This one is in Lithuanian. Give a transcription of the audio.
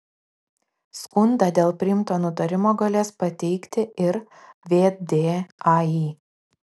skundą dėl priimto nutarimo galės pateikti ir vdai